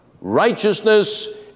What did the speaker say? Righteousness